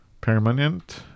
Permanent